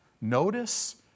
Notice